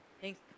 Thanks